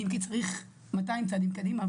אם כי צריך 200 צעדים קדימה,